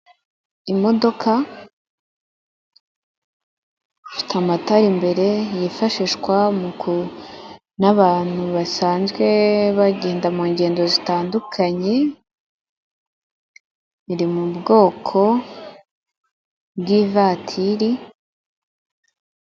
Imodoka ifite amatara imbere, yifashishwa n'abantu basanzwe bagenda mu ngendo zitandukanye, iri mu bwoko bw'ivatiri.